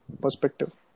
perspective